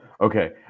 Okay